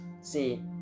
See